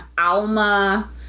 Alma